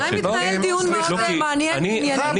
מתנהל דיון מאוד מעניין וענייני.